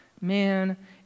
Man